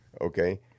Okay